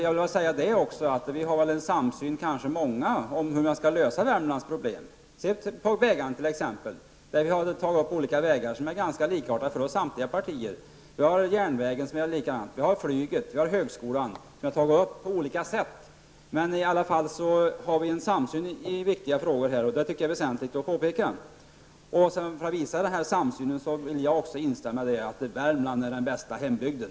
Många av oss har en samsyn över hur Värmlands problem skall lösas. T.ex. har vi vägarna. Samtliga partier har ganska likartade uppfattningar om vissa vägfrågor. Samma sak gäller järnvägen, flyget och högskolan. Där finns en samsyn i viktiga frågor. Det är väsentligt att påpeka. För att visa denna samsyn vill jag också instämma i att Värmland är den bästa hembygden.